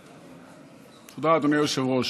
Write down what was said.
תודה, אדוני היושב-ראש.